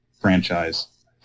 franchise